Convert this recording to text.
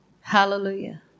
Hallelujah